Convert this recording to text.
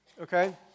Okay